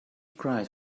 cried